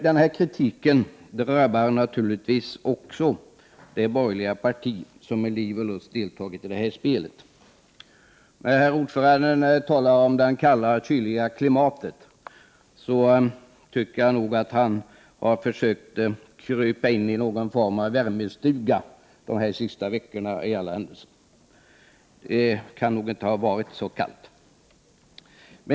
Den kritik som framförs drabbar naturligtvis också det borgerliga parti som med liv och lust deltagit i detta spel. Utskottsordföranden talar om det kalla, kyliga klimatet. Jag tycker nog att han har försökt krypa in i någon värmestuga dessa de senaste veckorna. Det kan inte ha varit så kallt.